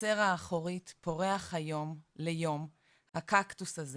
בחצר האחורית / פורח היום / (ליום) / הקקטוס הזה